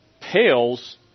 pales